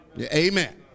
Amen